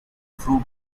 fruit